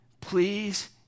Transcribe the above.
please